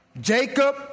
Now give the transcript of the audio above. Jacob